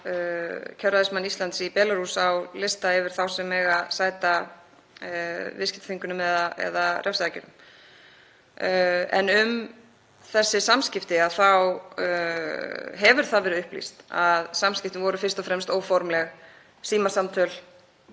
kjörræðismann Íslands í Belarús á lista yfir þá sem eiga að sæta viðskiptaþvingunum eða refsiaðgerðum. Um þessi samskipti hefur það verið upplýst að þau hafi fyrst og fremst verið óformleg símasamtöl